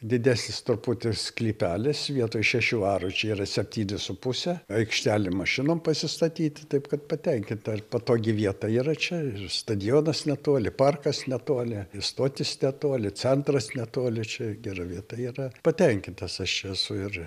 didesnis truputį ir sklypelis vietoj šešių arų čia yra septyni su puse aikštelė mašinom pasistatyti taip kad patenkinta patogi vieta yra čia ir stadionas netoli parkas netoli ir stotis netoli centras netoli čia gera vieta yra patenkintas aš čia esu ir